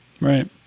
Right